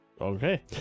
okay